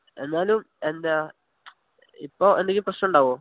എന്നാലും എന്താണ് ഇപ്പോള് എന്തെങ്കിലും പ്രശ്നമുണ്ടാവുമോ